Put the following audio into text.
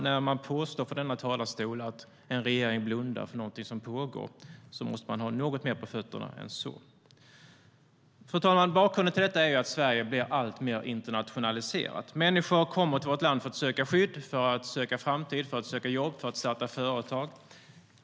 När man påstår från denna talarstol att en regering blundar för något som pågår, då tycker jag att man måste ha mer på fötterna än så. Fru talman! Bakgrunden till detta är att Sverige blir alltmer internationaliserat. Människor kommer till vårt land för att söka skydd, för att söka sig en framtid, för att söka jobb, för att starta företag.